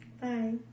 Bye